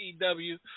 EW